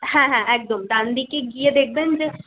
হ্যাঁ হ্যাঁ একদম ডানদিকে গিয়ে দেখবেন যে